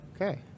Okay